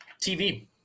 TV